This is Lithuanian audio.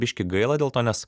biškį gaila dėl to nes